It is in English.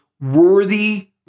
worthy